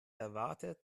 erwartet